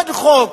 עוד חוק.